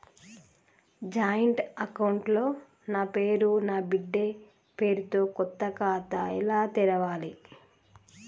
Joint account లో నా పేరు నా బిడ్డే పేరు తో కొత్త ఖాతా ఎలా తెరవాలి?